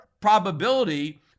probability